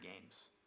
games